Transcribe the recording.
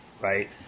right